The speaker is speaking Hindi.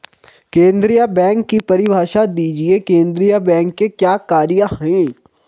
केंद्रीय बैंक की परिभाषा दीजिए केंद्रीय बैंक के क्या कार्य हैं?